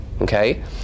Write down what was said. okay